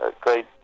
great